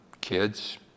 kids